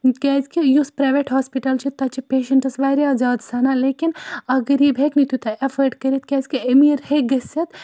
کیٛازِکہِ یُس private hospital چھُ تَتہِ چھِ پیشَنٹَس واریاہ زیادٕ سَنان لیکِن اکھ غریٖب ہٮ۪کہِ نہٕ تیوٗتاہ اٮ۪فٲڈ کٔرِتھ کیٛازِکہِ أمیٖر ہیٚکہِ گٔژھِتھ